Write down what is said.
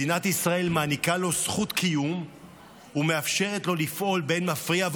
מדינת ישראל מעניקה לו זכות קיום ומאפשרת לו לפעול באין מפריע.